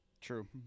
True